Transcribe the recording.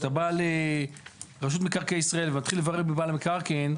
כשאתה בא לרשות מקרקעי ישראל ומתחיל לברר מי בעל המקרקעין,